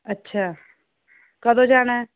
ਅੱਛਾ ਕਦੋਂ ਜਾਣਾ